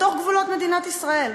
בתוך גבולות מדינת ישראל.